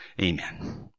Amen